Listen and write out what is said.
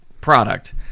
product